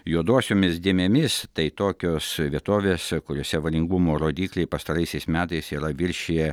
juodosiomis dėmėmis tai tokios vietovėse kuriose valingumo rodikliai pastaraisiais metais yra viršiję